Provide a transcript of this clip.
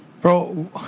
Bro